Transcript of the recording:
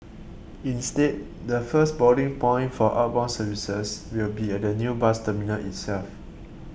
instead the first boarding point for outbound services will be at the new bus terminal itself